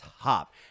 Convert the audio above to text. top